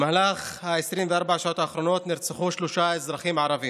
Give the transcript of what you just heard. במהלך 24 השעות האחרונות נרצחו שלושה אזרחים ערבים: